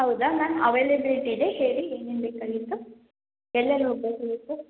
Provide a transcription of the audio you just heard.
ಹೌದಾ ma'am availability ಇದೆ ಹೇಳಿ ಏನೇನು ಬೇಕಾಗಿತ್ತು ಎಲ್ಲೆಲ್ಲಿ ಹೋಗಬೇಕಾಗಿತ್ತು